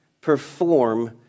perform